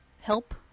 help